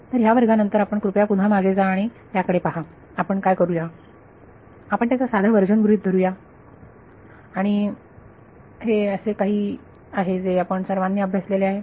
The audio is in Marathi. तर ह्या वर्गानंतर आपण कृपया पुन्हा मागे जा आणि आणि त्याकडे पहा आपण काय करू या आपण त्याचा साधा वर्जन गृहीत धरू या आणि हे असे काही आहे जे आपण सर्वांनी अभ्यासलेले आहे